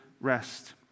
rest